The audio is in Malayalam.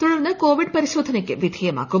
തുടർന്ന് കോവിഡ് പരിശോധനയ്ക്ക് വിധേയമാക്കും